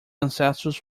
ancestors